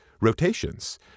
rotations